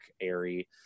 airy